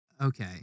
Okay